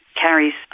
carries